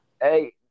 Hey